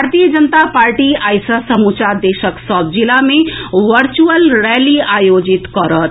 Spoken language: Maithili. भारतीय जनता पार्टी आई सँ समूचा देशक सभ जिला मे वर्चुअल रैली आयोजित करत